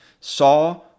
saw